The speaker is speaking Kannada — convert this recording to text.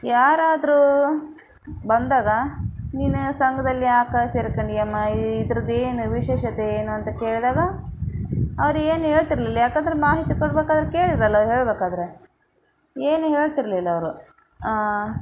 ಯಾರಾದರೂ ಬಂದಾಗ ನೀನು ಸಂಘದಲ್ಲಿ ಯಾಕೆ ಸೇರ್ಕೊಂಡ್ಯಮ್ಮ ಈ ಇದ್ರದು ಏನು ವಿಶೇಷತೆ ಏನು ಅಂತ ಕೇಳಿದಾಗ ಅವರು ಏನು ಹೇಳ್ತಿರ್ಲಿಲ್ಲ ಯಾಕಂದರೆ ಮಾಹಿತಿ ಕೊಡ್ಬೇಕಾದ್ರೆ ಕೇಳಿರೋಲ್ಲ ಹೇಳಬೇಕಾದ್ರೆ ಏನೂ ಹೇಳ್ತಿರಲಿಲ್ಲ ಅವರು